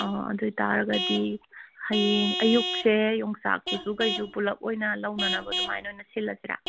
ꯑꯣ ꯑꯗꯨ ꯑꯣꯏꯇꯔꯒꯗꯤ ꯍꯌꯦꯡ ꯑꯌꯨꯛꯁꯦ ꯌꯣꯡꯆꯥꯛ ꯇꯨꯁꯨ ꯀꯩꯁꯨ ꯄꯨꯂꯞ ꯑꯣꯏꯅ ꯂꯧꯅꯅꯕ ꯑꯗꯨꯃꯥꯏꯅ ꯑꯣꯏꯅ ꯁꯤꯜꯂꯁꯤꯔꯥ